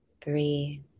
three